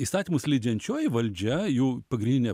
įstatymus leidžiančioji valdžia jų pagrindinė